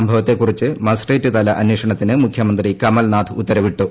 സംഭവത്തെകുറിച്ച് മജിസ്ട്രേറ്റ്തല അന്വേഷണത്തിന് മുഖ്യമന്ത്രി കമൽനാഥ് ഉത്തരവിട്ടു